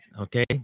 okay